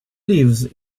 lives